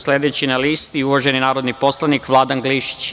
Sledeći na listi je uvaženi narodni poslanik Vladan Glišić.